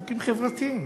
חוקים חברתיים.